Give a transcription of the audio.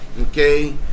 okay